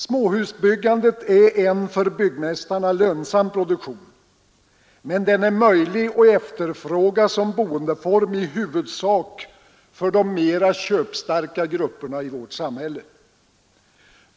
Småhusbyggandet är en för bankerna och byggmästarna lönsam produktion, men småhusen är möjliga att efterfråga som boendeform i huvudsak för de mera köpstarka grupperna i vårt samhälle.